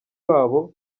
wabo